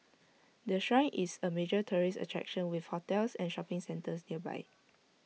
the Shrine is A major tourist attraction with hotels and shopping centres nearby